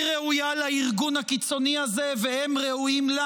היא ראויה לארגון הקיצוני הזה והם ראויים לה.